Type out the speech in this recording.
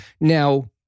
Now